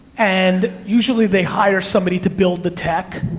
and usually they hire somebody to build the tech,